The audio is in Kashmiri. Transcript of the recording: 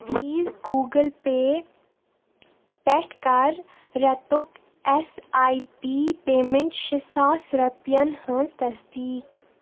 پلیٖز گوٗگٕل پے پٮ۪ٹھ کَر رٮ۪تُک ایس آی پی پیمنٹ شےٚ ساس رۄپیَن ہٕنٛز تصدیٖق